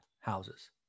houses